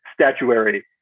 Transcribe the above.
statuary